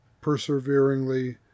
perseveringly